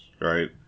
right